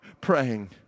praying